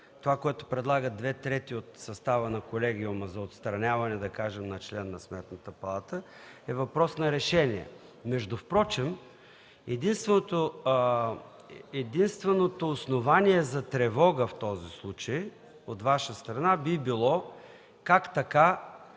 с предложенията на две трети от състава на колегиума за отстраняване, да кажем, на член на Сметната палата е въпрос на решение. Впрочем единственото основание за тревога в този случай от Ваша страна би било как така